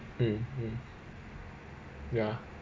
mm mm ya